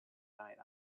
night